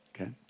okay